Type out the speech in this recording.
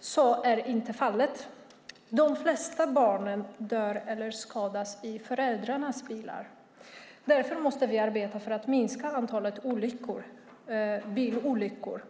Så är inte fallet. De flesta barn dör eller skadas i föräldrarnas bil. Därför måste vi arbeta för att minska antalet bilolyckor.